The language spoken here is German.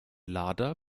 lader